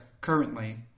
currently